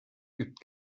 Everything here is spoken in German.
übt